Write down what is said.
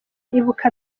ibuka